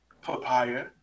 papaya